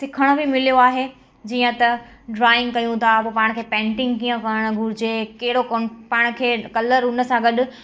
सिखण बि मिलियो आहे जीअं त ड्रॉइंग कयू था पोइ पाण खे पेंटिंग कीअं करण घुरिजे कहिड़ो कोन पाण खे कलर उनसां गॾु